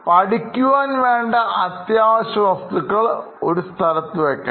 പഠിക്കുവാൻ വേണ്ട അത്യാവശ്യ വസ്തുക്കൾ ഒരു സ്ഥലത്ത് വെക്കണം